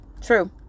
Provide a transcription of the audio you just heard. True